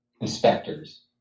inspectors